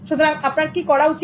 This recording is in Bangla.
সুতরাং আপনার কি করা উচিত